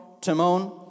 Timon